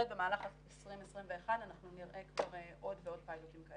במהלך 2021 אנחנו נראה עוד ועוד פיילוטים כאלה.